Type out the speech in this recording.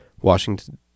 Washington